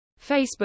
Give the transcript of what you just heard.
Facebook